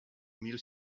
mil